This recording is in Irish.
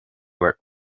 mar